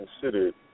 considered